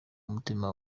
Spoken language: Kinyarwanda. umutima